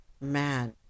man